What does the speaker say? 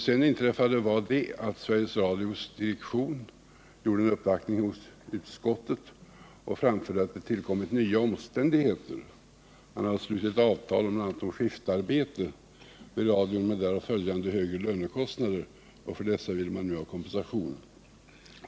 Sedan uppvaktade Sveriges Radios direktion utskottet och framförde att det tillkommit nya omständigheter. Man hade bl.a. slutit ett avtal om skiftarbete vid radion, vilket medförde högre lönekostnader. För dessa ville man nu ha kompensation.